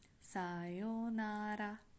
Sayonara